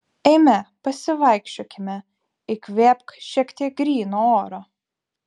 eime pasivaikščiokime įkvėpk šiek tiek gryno oro